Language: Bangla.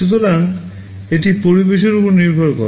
সুতরাং এটি পরিবেশের উপর নির্ভর করে